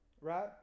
right